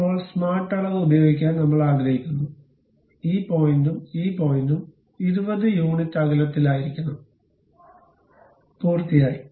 ഇപ്പോൾ സ്മാർട്ട് അളവ് ഉപയോഗിക്കാൻ നമ്മൾ ആഗ്രഹിക്കുന്നു ഈ പോയിന്റും ഈ പോയിന്റും 20 യൂണിറ്റ് അകലത്തിലായിരിക്കണം പൂർത്തിയായി